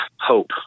hope